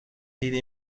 دیده